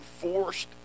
forced